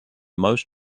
most